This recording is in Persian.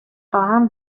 خواهم